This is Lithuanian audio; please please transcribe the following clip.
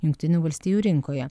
jungtinių valstijų rinkoje